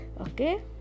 Okay